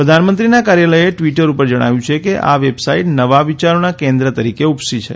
પ્રધાનમંત્રીના કાર્યાલયે ટિવટર ઉપર જણાવ્યું છે કે આ વેબસાઇટ નવા વિચારોના કેન્દ્ર તરીકે ઉપસી છે